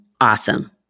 awesome